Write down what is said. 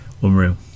unreal